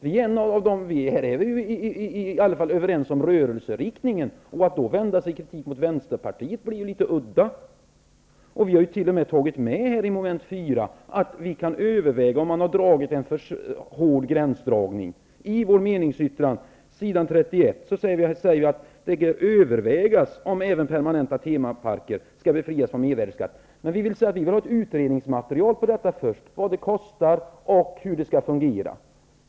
Vi är i alla fall överens om rörelseriktningen. Det blir då litet udda att vända sin kritik mot Vänsterpartiet. Vi i Vänsterpartiet har då i meningsyttringen vid mom. 4 tagit med att vi kan överväga om det har gjorts en för hård gränsdragning. I vår meningsyttring på s. 31 hävdar vi att det bör övervägas om även permanenta temaparker skall befrias från mervärdesskatt. Men först vill vi ha en utredning som tar fram vad detta kommer att kosta och hur det skall fungera.